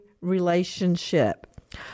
relationship